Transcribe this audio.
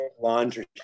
laundry